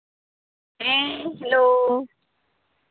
ᱦᱮᱸ ᱦᱮᱞᱳ